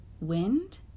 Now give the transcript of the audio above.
Wind